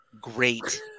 great